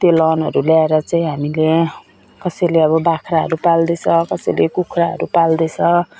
त्यो लोनहरू ल्याएर चाहिँ हामीले कसैले अब बाख्राहरू पाल्दैछ कसैले कुखुराहरू पाल्दैछ